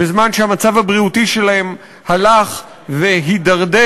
בזמן שהמצב הבריאותי שלהם הלך והתדרדר,